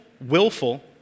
willful